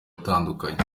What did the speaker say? atandukanye